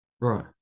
Right